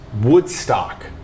Woodstock